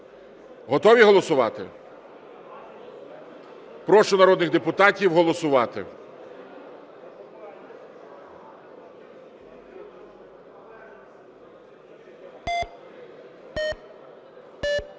Готові голосувати? Прошу народних депутатів голосувати.